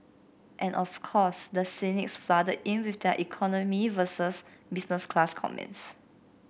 and of course the cynics flooded in with their economy versus business class comments